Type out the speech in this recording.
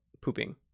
pooping